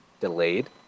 delayed